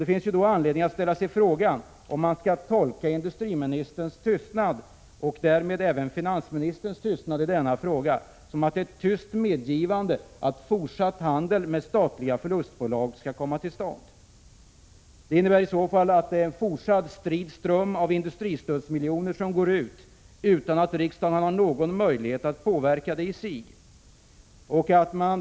Det finns då anledning att fråga sig om man skall tolka industriministerns tystnad och därmed även finansministerns tystnad i denna fråga som ett tyst medgivande till att fortsatt handel med statliga förlustbolag skall komma till stånd. Det innebär i så fall att en fortsatt strid ström av industristödsmiljoner går ut, utan att riksdagen har någon möjlighet att i sig påverka detta.